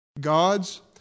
God's